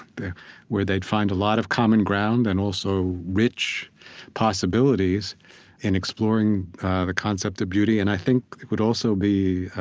where they'd find a lot of common ground and also, rich possibilities in exploring the concept of beauty. and i think it would also be